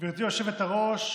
במדינה.